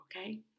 Okay